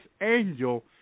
angel